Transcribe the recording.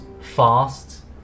fast